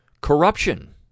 corruption